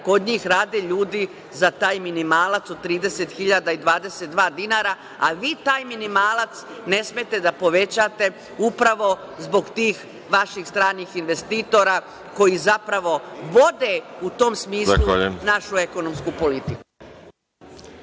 kod njih rade ljudi za taj minimalac od 30.022 dinara, a vi taj minimalac ne smete da povećate upravo zbog tih vaših stranih investitora, koji zapravo vode u tom smislu našu ekonomsku politiku.